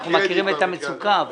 אנחנו מכירים את המצוקה.